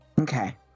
Okay